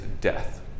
death